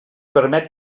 permet